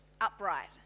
upright